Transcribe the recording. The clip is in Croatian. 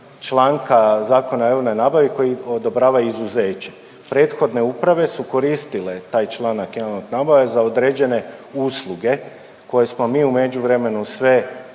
članka Zakona o javnoj nabavi koji odobrava izuzeće. Prethodne uprave su koristile taj članak jedan od nabave za određene usluge koje smo mi u međuvremenu sve